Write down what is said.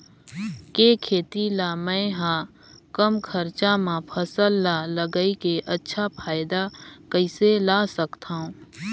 के खेती ला मै ह कम खरचा मा फसल ला लगई के अच्छा फायदा कइसे ला सकथव?